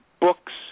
books